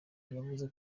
yavuze